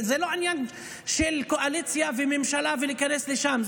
זה לא עניין של קואליציה וממשלה ולהיכנס לשם,